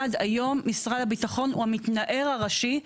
עד היום משרד הביטחון הוא המתנער הראשי,